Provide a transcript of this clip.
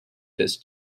this